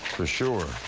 for sure.